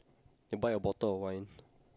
then buy a bottle of wine